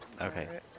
Okay